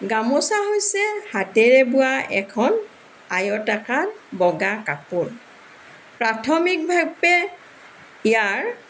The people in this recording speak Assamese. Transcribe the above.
গামোচা হৈছে গাতেৰে বোৱা এখন আয়তাকাৰ বগা কাপোৰ প্ৰাথমিকভাৱে ইয়াৰ